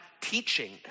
teaching